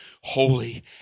holy